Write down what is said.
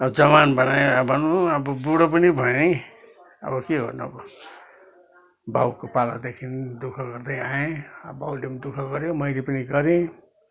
अब जवान बनायो भनौँ अब बुढो पनि भएँ अब के गर्नु अब बाउको पालादेखि दुखः गर्दै आएँ अब बाउले पनि दुखः गऱ्यो मैले पनि गरेँ